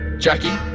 jacki